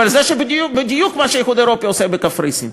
אבל זה בדיוק מה שהאיחוד האירופי עושה בקפריסין.